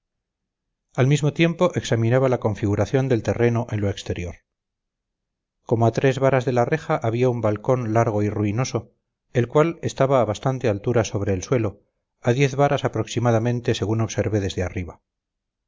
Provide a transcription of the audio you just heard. al mismo tiempo examinaba la configuración del terreno en lo exterior como a tres varas de la reja había un balcón largo y ruinoso el cual estaba a bastante altura sobre el suelo a diez varas próximamente según observé desde arriba